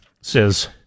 says